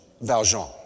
Valjean